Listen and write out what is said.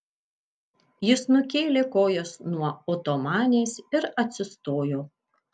jis nukėlė kojas nuo otomanės ir atsistojo